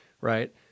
right